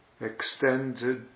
extended